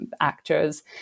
actors